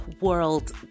world